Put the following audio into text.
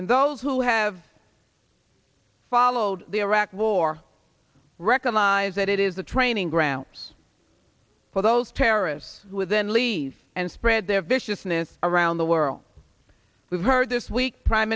and those who have followed the iraq war recognize that it is a training ground for those terrorists with and leave and spread their viciousness around the world we've heard this week prime